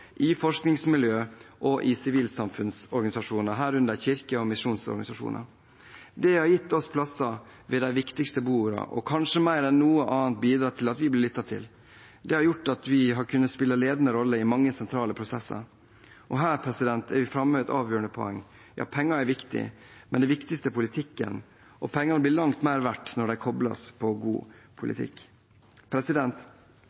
i forskningsmiljøene og i sivilsamfunnsorganisasjonene, herunder kirke- og misjonsorganisasjoner. Det har gitt oss plasser ved de viktigste bordene og kanskje mer enn noe annet bidratt til at vi blir lyttet til. Det har gjort at vi har kunnet spille ledende roller i mange sentrale prosesser. Og her er vi framme ved et avgjørende poeng: Penger er viktig, men viktigst er politikken, og pengene blir langt mer verdt når de kobles på god